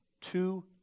two